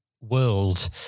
world